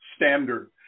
standard